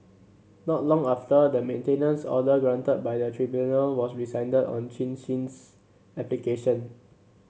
not long after the maintenance order granted by the tribunal was rescinded on Chin Sin's application